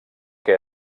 que